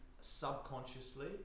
subconsciously